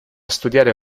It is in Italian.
studiare